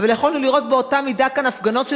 אבל יכולנו לראות באותה מידה הפגנות של